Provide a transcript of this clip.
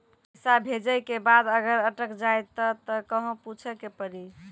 पैसा भेजै के बाद अगर अटक जाए ता कहां पूछे के पड़ी?